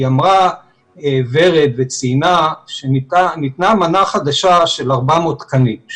אמרה ורד וציינה שניתנה מנה חדשה של 400 תקנים,